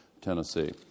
Tennessee